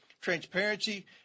transparency